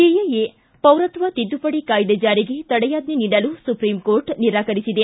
CAA ಪೌರತ್ವ ತಿದ್ದುಪಡಿ ಕಾಯ್ದೆ ಜಾರಿಗೆ ತಡೆಯಾಜ್ಞೆ ನೀಡಲು ಸುಪ್ರೀಂ ಕೋರ್ಟ್ ನಿರಾಕರಿಸಿದೆ